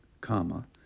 comma